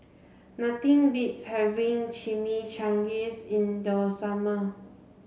nothing beats having Chimichangas in the summer